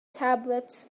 tablets